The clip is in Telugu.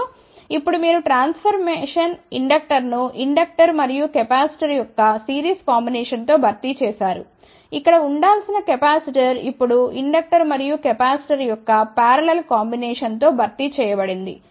మరియు ఇప్పుడు మీరు ట్రాన్స్ఫర్మేషన్ ఇండక్టర్ను ఇండక్టర్ మరియు కెపాసిటర్ యొక్క సిరీస్ కాంబినేషన్ తో భర్తీ చేసారు ఇక్కడ ఉండాల్సిన కెపాసిటర్ ఇప్పుడు ఇండక్టర్ మరియు కెపాసిటర్ యొక్క పారలల్ కాంబినేషన్ తో భర్తీ చేయబడింది